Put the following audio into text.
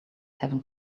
having